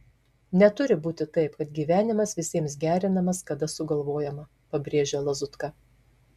neturi būti taip kad gyvenimas visiems gerinamas kada sugalvojama pabrėžia lazutka